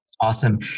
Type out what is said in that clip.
Awesome